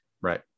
right